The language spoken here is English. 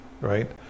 right